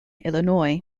illinois